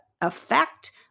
affect